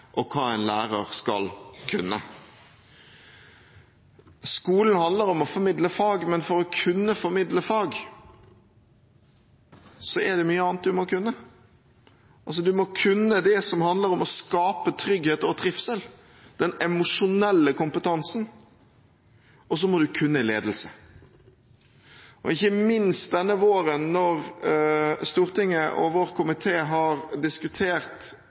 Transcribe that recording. og hva en lærer skal kunne. Skolen handler om å formidle fag, men for å kunne formidle fag er det mye annet du må kunne. Du må kunne det som handler om å skape trygghet og trivsel, den emosjonelle kompetansen, og så må du kunne ledelse. Ikke minst denne våren, når Stortinget og vår komité har diskutert